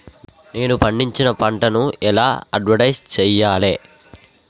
నేను పండించిన పంటను ఎలా అడ్వటైస్ చెయ్యాలే?